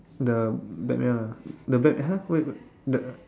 the Batman one the Batman !huh! what we the